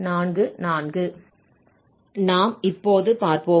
நாம் இப்போது பார்ப்போம்